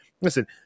listen